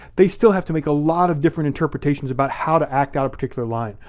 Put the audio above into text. they still have to make a lot of different interpretations about how to act out a particular line,